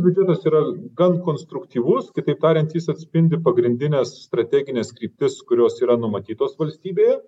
biudžetas yra gan konstruktyvus kitaip tariant jis atspindi pagrindines strategines kryptis kurios yra numatytos valstybėje